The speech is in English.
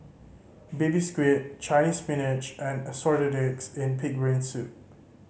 Baby Squid Chinese Spinach and Assorted Eggs and Pig's Brain Soup